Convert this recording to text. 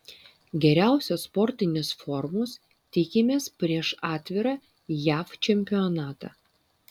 geriausios sportinės formos tikimės prieš atvirą jav čempionatą